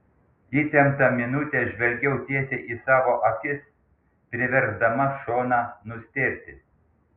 įtemptą minutę žvelgiau tiesiai į savo akis priversdama šoną nustėrti